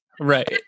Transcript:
Right